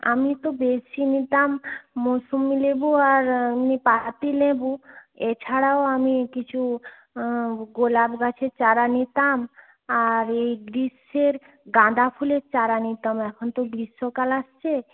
আমি তো বেশি নিতাম মোসম্বি লেবু আর এমনি পাতিলেবু এছাড়াও আমি কিছু গোলাপ গাছের চারা নিতাম আর এই গ্রীষ্মের গাঁদাফুলের চারা নিতাম এখন তো গ্রীষ্মকাল আসছে